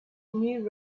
new